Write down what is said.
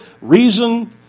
reason